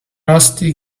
rusty